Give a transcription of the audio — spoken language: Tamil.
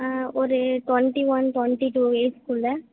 ஒரு twenty one twenty two age குள்ளே